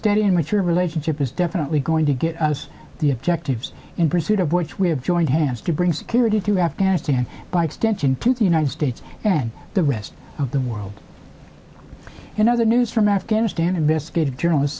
steady and mature relationship is definitely going to get us the objectives in pursuit of which we have joined hands to bring security to afghanistan by extension to the united states and the rest of the world and other news from afghanistan investigative journalist